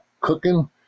cooking